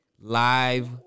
live